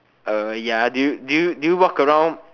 uh ya do you do you walk around